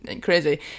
crazy